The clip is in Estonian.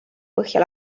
põhja